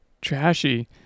trashy